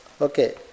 Okay